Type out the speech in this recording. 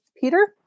Peter